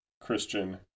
Christian